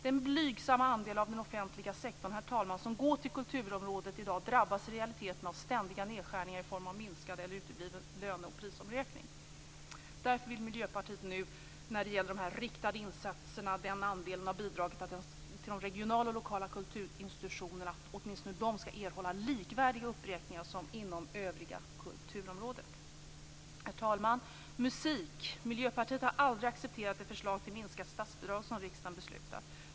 Den blygsamma andel av offentliga sektorn som går till kulturområdet i dag drabbas i realiteten av ständiga nedskärningar i form av minskad eller utebliven löne och prisomräkning. När det gäller de riktade insatserna vill därför Miljöpartiet att åtminstone den andelen av bidragen som går till regionala och lokala kulturinstitutionerna skall erhålla likvärdiga uppräkningar som inom det övriga kulturområdet. Herr talman! När det gäller musik har Miljöpartiet aldrig accepterat ett förslag till minskat statsbidrag som riksdagen har beslutat.